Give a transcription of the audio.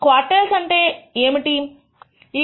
quartiles అంటే ఏమిటి e